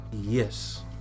Yes